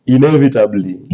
Inevitably